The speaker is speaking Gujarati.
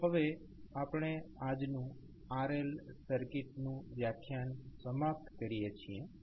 તો હવે આપણે આજનું RL સર્કિટનું વ્યાખ્યાન સમાપ્ત કરીએ છીએ